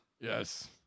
yes